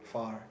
far